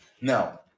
Now